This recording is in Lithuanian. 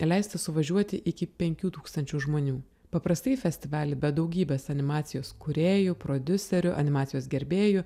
leista suvažiuoti iki penkių tūkstančių žmonių paprastai į festivalį be daugybės animacijos kūrėjų prodiuserių animacijos gerbėjų